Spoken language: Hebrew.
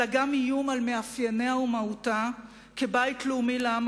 אלא גם איום על מאפייניה ומהותה כבית לאומי לעם